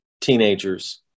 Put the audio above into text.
teenagers